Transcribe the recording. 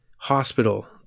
hospital